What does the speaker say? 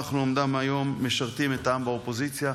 אנחנו אומנם היום משרתים את העם באופוזיציה,